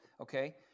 Okay